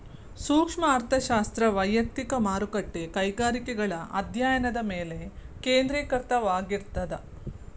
ಸೂಕ್ಷ್ಮ ಅರ್ಥಶಾಸ್ತ್ರ ವಯಕ್ತಿಕ ಮಾರುಕಟ್ಟೆ ಕೈಗಾರಿಕೆಗಳ ಅಧ್ಯಾಯನದ ಮೇಲೆ ಕೇಂದ್ರೇಕೃತವಾಗಿರ್ತದ